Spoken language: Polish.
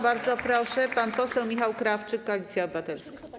Bardzo proszę pan poseł Michał Krawczyk, Koalicja Obywatelska.